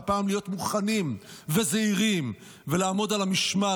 והפעם להיות מוכנים וזהירים ולעמוד על המשמר.